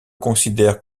considèrent